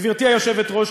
גברתי היושבת-ראש,